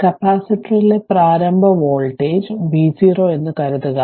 അതിനാൽ കപ്പാസിറ്ററിലെ പ്രാരംഭ വോൾട്ടേജ് v0 എന്ന് കരുതുക